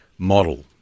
Model